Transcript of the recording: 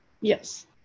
Yes